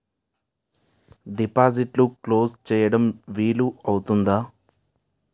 డిపాజిట్లు క్లోజ్ చేయడం వీలు అవుతుందా?